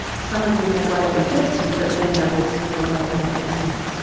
some of whom may well have been guilty, but many others may well have been innocent.